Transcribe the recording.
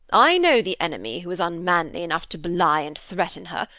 i know the enemy who is unmanly enough to belie and threaten her.